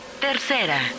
Tercera